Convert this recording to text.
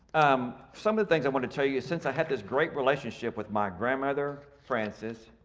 um some of the things i wanted to tell you is since i had this great relationship with my grandmother, francis,